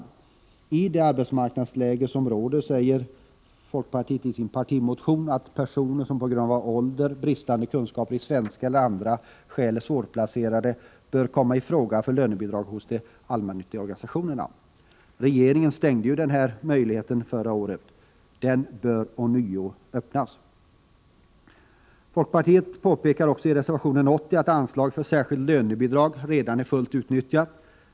Mot bakgrund av det arbetsmarknadsläge som råder, säger folkpartiet i sin partimotion, bör personer som på grund av ålder eller bristande kunskaper i svenska eller som av andra skäl är svårplacerade kunna komma i fråga för lönebidrag hos de allmännyttiga organisationerna. Regeringen stängde denna möjlighet förra året. Den bör ånyo öppnas. Folkpartiet påpekar också i reservation 80 att anslaget för särskilt lönebidrag redan är fullt utnyttjat.